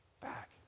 back